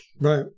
Right